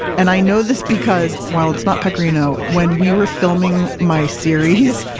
and i know this because while it's not pecorino when we were filming my series,